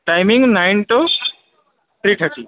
timing nine to three thirty